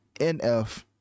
nf